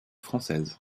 française